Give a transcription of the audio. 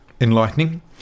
enlightening